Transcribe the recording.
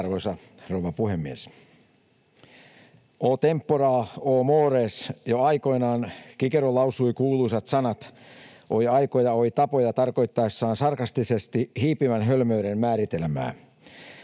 Arvoisa rouva puhemies! O tempora, o mores! Jo aikoinaan Cicero lausui kuuluisat sanat, oi aikoja, oi tapoja, tarkoittaessaan sarkastisesti hiipivän hölmöyden määritelmää.